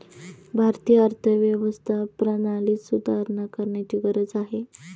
भारतीय अर्थव्यवस्था प्रणालीत सुधारणा करण्याची गरज आहे